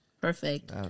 Perfect